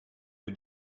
für